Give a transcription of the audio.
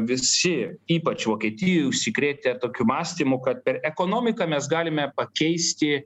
visi ypač vokietijoj užsikrėtę tokiu mąstymu kad per ekonomiką mes galime pakeisti